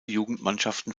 jugendmannschaften